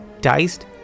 diced